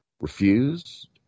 refused